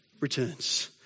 returns